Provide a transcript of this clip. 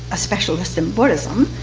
a specialist and buddhism,